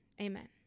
amen